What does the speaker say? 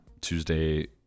tuesday